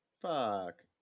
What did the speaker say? Fuck